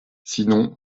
sinon